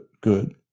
good